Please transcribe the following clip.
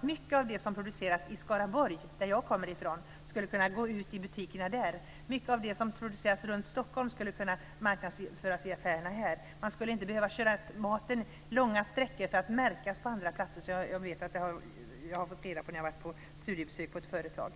mycket av det som produceras i Skaraborg, som jag kommer ifrån, skulle kunna gå ut i butikerna där. Mycket av det som produceras runt Stockholm skulle kunna marknadsföras i affärerna här. Man skulle inte behöva köra maten långa sträckor för att den ska märkas på andra platser. Det fick jag reda på när jag var på studiebesök på ett företag.